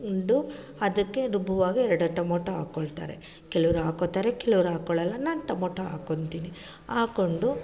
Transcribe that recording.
do ಅದಕ್ಕೆ ರುಬ್ಬುವಾಗ ಎರಡು ಟೊಮಾಟೊ ಹಾಕ್ಕೊಳ್ತಾರೆ ಕೆಲವ್ರು ಹಾಕ್ಕೊಳ್ತಾರೆ ಕೆಲವ್ರು ಹಾಕ್ಕೋಳ್ಳೋಲ್ಲ ನಾನು ಟೊಮಾಟೊ ಹಾಕ್ಕೊಳ್ತೀನಿ ಹಾಕ್ಕೊಂಡು